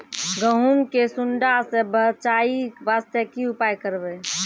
गहूम के सुंडा से बचाई वास्ते की उपाय करबै?